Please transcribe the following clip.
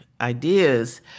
ideas